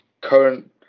current